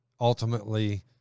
ultimately